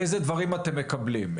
איזה דברים אתם מקבלים,